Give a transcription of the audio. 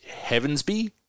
Heavensby